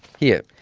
here.